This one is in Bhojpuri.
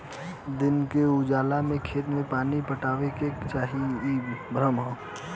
दिन के उजाला में खेत में पानी पटावे के चाही इ भ्रम ह